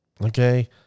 okay